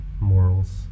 morals